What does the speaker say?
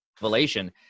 Revelation